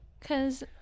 cause